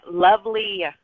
Lovely